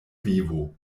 vivo